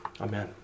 Amen